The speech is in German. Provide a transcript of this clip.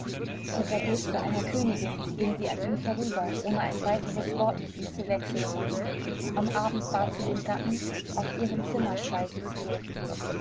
mit der geste einer königin ging sie an ihm vorüber ohne ein weiteres wort mit ihm zu wechseln am abend bat sie den gatten auf ihrem zimmer speisen zu dürfen